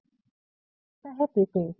फिर आता है प्रीफेस preface प्रस्तावना